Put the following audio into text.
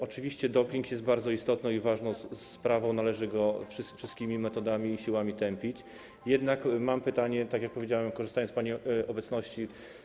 Oczywiście doping jest bardzo istotną i ważną sprawą, należy go wszystkimi metodami i siłami tępić, jednak mam pytanie, tak jak powiedziałem, korzystając z pani obecności.